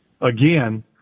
again